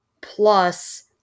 plus